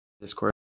discord